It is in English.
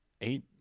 Eight